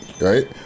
right